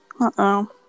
Uh-oh